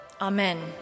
Amen